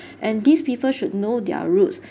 and these people should know their roots